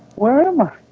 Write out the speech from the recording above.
where am i?